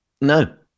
No